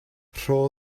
rho